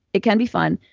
it can be fun.